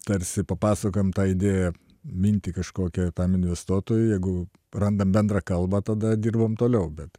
tarsi papasakojam tą idėją mintį kažkokią tam investuotojui jeigu randam bendrą kalbą tada dirbam toliau bet